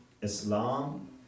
Islam